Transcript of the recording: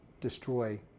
destroy